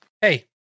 Hey